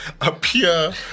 appear